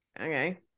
Okay